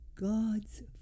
God's